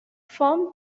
form